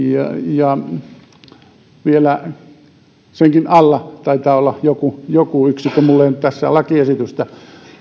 ja vielä senkin alla taitaa olla joku joku yksikkö minulla ei nyt tässä ole lakiesitystä